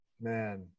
Man